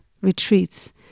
retreats